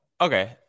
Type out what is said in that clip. okay